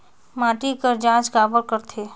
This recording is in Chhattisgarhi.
माटी कर जांच काबर करथे?